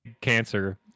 Cancer